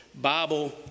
Bible